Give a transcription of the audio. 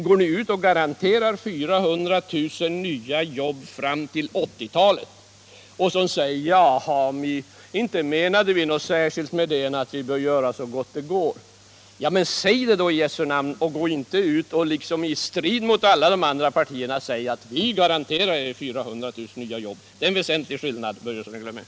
Ni går emellertid ut och garanterar 400 000 nya jobb fram till 1980-talet och menar sedan att ni inte avsåg någonting annat än att vi bör göra så gott det går. Ja, men säg det då i Jesu namn och gå inte ut och hävda, i strid mot alla de andra partierna, att ni garanterar 400 000 nya jobb! Det är en väsentlig skillnad, Fritz Börjesson.